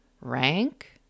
Rank